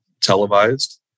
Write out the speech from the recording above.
televised